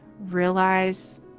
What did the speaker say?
realize